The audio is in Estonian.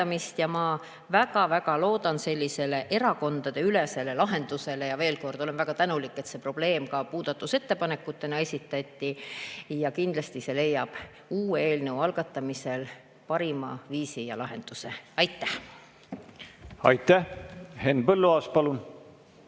ja ma väga loodan siin erakondadeülesele lahendusele. Veel kord: olen väga tänulik, et see probleem ka muudatusettepanekutena esitati, kindlasti leiab see uue eelnõu algatamisel parima viisi ja lahenduse. Aitäh! Aitäh! Henn Põlluaas, palun!